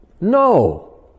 No